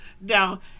Now